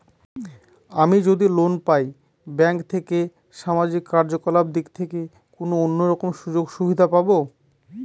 আমি যদি লোন পাই ব্যাংক থেকে সামাজিক কার্যকলাপ দিক থেকে কোনো অন্য রকম সুযোগ সুবিধা পাবো?